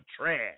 trash